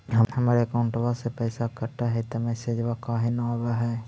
हमर अकौंटवा से पैसा कट हई त मैसेजवा काहे न आव है?